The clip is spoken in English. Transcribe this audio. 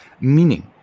Meaning